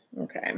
Okay